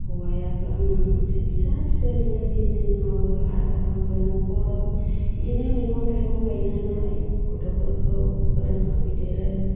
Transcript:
हौवायाबो आंना मोनसे फिसा फिसौ ओरैनो मोनसे बिजनेस मावो आरो आंबो न'खराव एरैनो मैगं थाइगं गायनानै गथ'फोरखौ फोरोङो फेदेरो